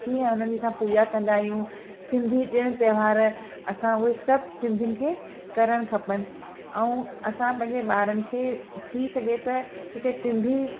कीअं उन्हनि जी असां पूॼा कंदा आहियूं सिंधी ॾिणु तहिंवार असां उहे सभु सिंधयुनि खे करणु खपनि ऐं असां पंहिंजे ॿारनि खे थी सघे त हिकु सिंधी